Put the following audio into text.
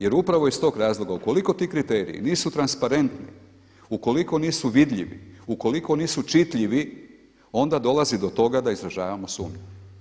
Jer upravo iz tog razloga, ukoliko ti kriteriji nisu transparentni, ukoliko nisu vidljivi, ukoliko nisu čitljivi, onda dolazi do toga da izražavamo sumnju.